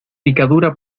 picadura